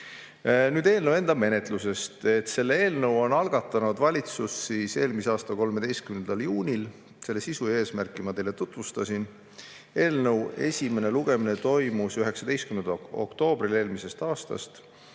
Nüüd eelnõu enda menetlusest. Eelnõu algatas valitsus eelmise aasta 13. juunil, selle sisu ja eesmärki ma teile tutvustasin. Eelnõu esimene lugemine toimus 19. oktoobril eelmisel aastal.